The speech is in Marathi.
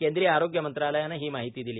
केंद्रीय आरोग्य मंत्रालयाने ही माहिती दिली